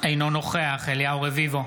אינו נוכח אליהו רביבו,